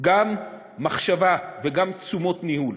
אלא גם מחשבה וגם תשומות ניהול.